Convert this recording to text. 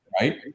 right